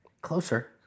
Closer